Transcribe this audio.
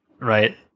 right